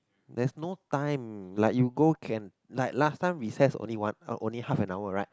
there's no time like you go can like last time recess only one uh only half an hour right